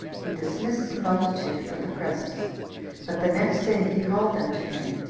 he dismissed the multitude for the present but the next day he called them to him,